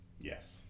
yes